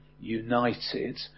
united